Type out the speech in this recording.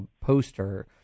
poster